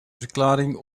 verklaring